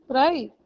right